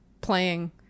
playing